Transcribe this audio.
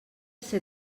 ser